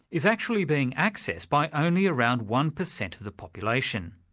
is actually being accessed by only around one percent of the population.